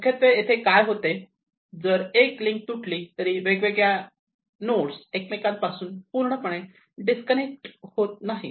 तर मुख्यत्वे इथे काय होतं जर एक लिंक तुटली तरी वेगवेगळे नोट्स एकमेकांपासून पूर्णपणे डिस्कनेक्ट होत नाहीत